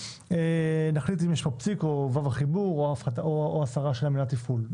נחליט אם יש פה פסיק או ו"ו החיבור או הסרה של המילה 'תפעול'.